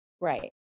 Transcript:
Right